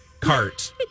Cart